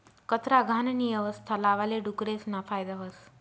कचरा, घाणनी यवस्था लावाले डुकरेसना फायदा व्हस